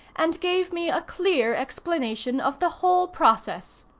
and gave me a clear explanation of the whole process.